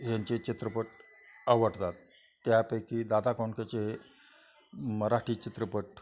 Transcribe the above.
ह्यांचे चित्रपट आवडतात त्यापैकी दादा कोंडकचे मराठी चित्रपट